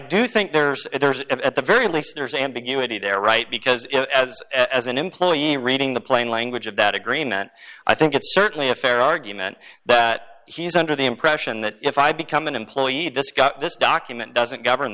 think there's at the very least there's ambiguity there right because as an employee reading the plain language of that agreement i think it's certainly a fair argument that he's under the impression that if i become an employee this got this document doesn't govern